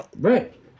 Right